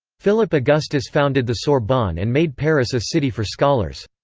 philip augustus founded the sorbonne and made paris a city for scholars.